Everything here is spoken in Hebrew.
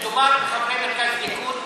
מדובר בחברי מרכז ליכוד,